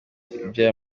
iby’aya